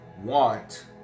want